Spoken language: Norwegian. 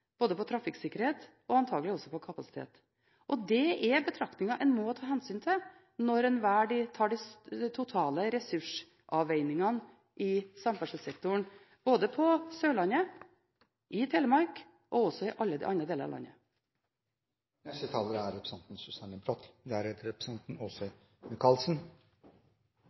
både i trafikksikkerhet og antakelig også i kapasitet. Det er betraktninger en må ta hensyn til når en foretar de totale ressursavveiningene i samferdselssektoren, både på Sørlandet, i Telemark og i alle andre deler av landet.